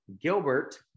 Gilbert